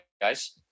guys